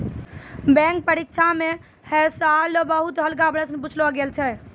bank परीक्षा म है साल बहुते हल्का प्रश्न पुछलो गेल छलै